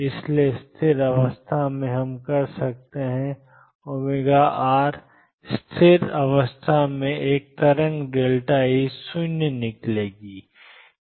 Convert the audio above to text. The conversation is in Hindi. इसलिए स्थिर अवस्था में हम कर सकते हैं wr स्थिर अवस्था में एक तरंग E 0 निकलेगी